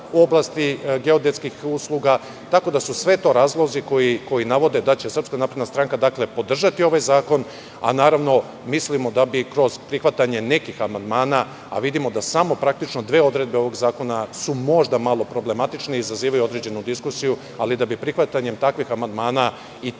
u oblasti geodetskih usluga, tako da su sve to razlozi koji navode da će SNS podržati ovaj zakon. Naravno, mislimo da bi kroz prihvatanje nekih amandmana, a vidimo da praktično samo dve odredbe ovog zakona su možda malo problematične i izazivaju određenu diskusiju, ali da bi prihvatanjem takvih amandmana i ta